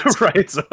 Right